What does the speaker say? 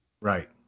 Right